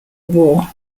war